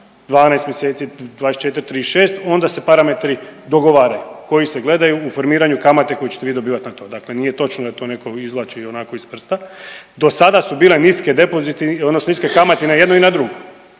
12 mjeseci, 24, 36 onda se parametri dogovaraju koji se gledaju u formiranju kamate koju ćete vi dobivati na to. Dakle, nije točno da je to netko izvlači onako iz prsta. Do sada su bile niske …/Govornik se ne